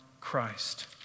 Christ